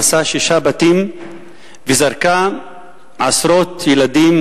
הרסה שישה בתים וזרקה עשרות ילדים,